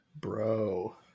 Bro